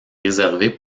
réservés